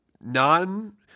non